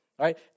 Right